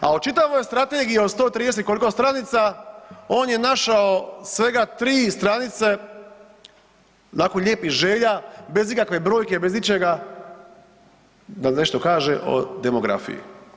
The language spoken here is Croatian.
A od čitave strategije od 130, koliko stranica, on je našao svega 3 stranice onako lijepih želja, bez ikakve brojke, bez ičega, da nešto kaže o demografiji.